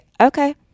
okay